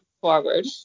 forward